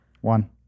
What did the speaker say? One